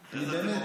באמת.